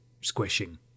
squishing